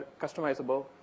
customizable